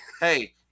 hey